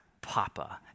papa